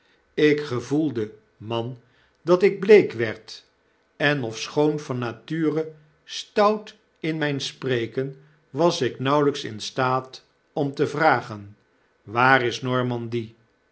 ik gevoelde man dat ik bleek werd en ofschoon van nature stout in myn spreken was ik nauwelyks in staat om te vragen waar is normandy